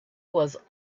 was